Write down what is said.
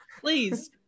please